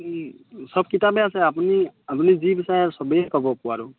চব কিতাপেই আছে আপুনি আপুনি যি বিচাৰে চবেই পাব পোৱাতো